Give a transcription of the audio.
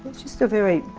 just a very,